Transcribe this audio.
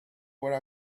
were